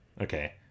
Okay